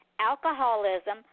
alcoholism